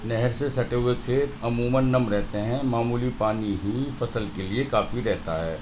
نہر سے سٹے ہو کھیت عموما نم رہتے ہیں معمولی پانی ہی فصل کے لیے کافی رہتا ہے